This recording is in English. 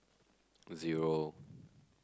zero